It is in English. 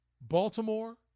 Baltimore